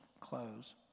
close